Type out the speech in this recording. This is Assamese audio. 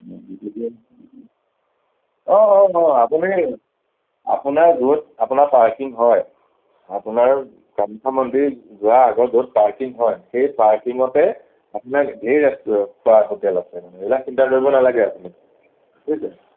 গতিকে অ' অ' হয় আপুনি অপোনাৰ য'ত আপোনাৰ পাৰ্কিং হয় আপোনাৰ কামাখ্য়া মন্দিৰ যোৱা আগত য'ত পাৰ্কিং হয় সেই পাৰ্কিঙতে আপোনাৰ ধেৰ ৰেষ্টুৰেণ্ট খোৱা হোটেল আছে এইবিলাক চিন্তা কৰিব নালাগে আপুনি বুইছে